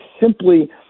simply